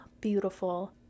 beautiful